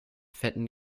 fetten